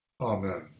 Amen